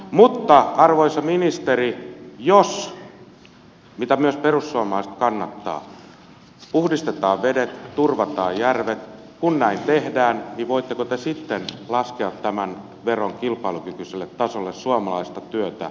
mutta arvoisa ministeri jos puhdistetaan vedet turvataan järvet mitä myös perussuomalaiset kannattavat kun näin tehdään niin voitteko te sitten laskea tämän veron kilpailukykyiselle tasolle suomalaista työtä turvaten